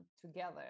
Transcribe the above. together